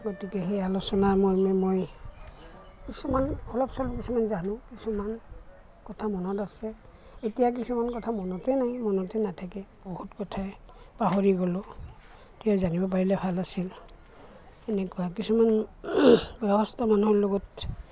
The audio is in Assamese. গতিকে সেই আলোচনাৰ মৰ্মে মই কিছুমান অলপ চলপ কিছুমান জানো কিছুমান কথা মনত আছে এতিয়া কিছুমান কথা মনতেই নাই মনতে নাথাকে বহুত কথাই পাহৰি গ'লোঁ এতিয়া জানিব পাৰিলে ভাল আছিল এনেকুৱা কিছুমান বয়সস্থ মানুহৰ লগত